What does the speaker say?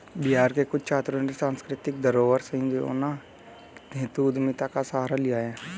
बिहार के कुछ छात्रों ने सांस्कृतिक धरोहर संजोने हेतु उद्यमिता का सहारा लिया है